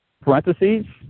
parentheses